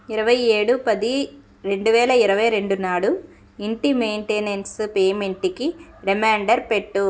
ఇరవై ఏడు పది రెండు వేల ఇరవై రెండు నాడు ఇంటి మెయింటెనెన్సు పేమెంటుకి రిమైండర్ పెట్టు